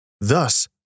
Thus